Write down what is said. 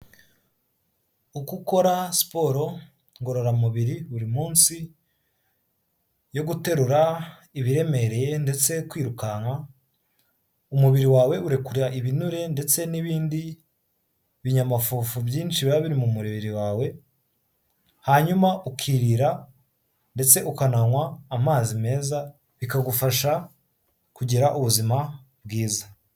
Uko ukora siporo ngororamubiri buri munsi yo guterura ibiremereye ndetse kwirukanka, umubiri wawe urekura ibinure ndetse n'ibindi binyamafufu byinshi biba biri mu mubiri wawe, hanyuma ukirira ndetse ukananywa amazi meza bikagufasha kugira ubuzima bwiza.